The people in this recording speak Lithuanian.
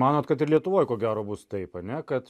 manot kad ir lietuvoje ko gero bus taip ane kad